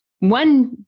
One